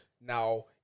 now